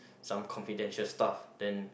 some confidential stuff then